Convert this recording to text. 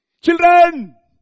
Children